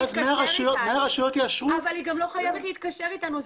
היא גם לא חייבת להתקשר אתנו.